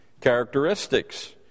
characteristics